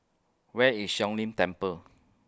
Where IS Siong Lim Temple